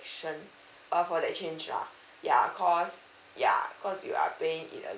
uh for that change lah ya cause ya cause you are paying it a